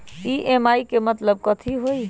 EMI के मतलब कथी होई?